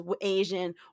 Asian